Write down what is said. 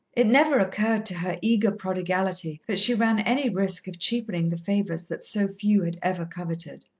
it never occurred to her eager prodigality that she ran any risk of cheapening the favours that so few had ever coveted.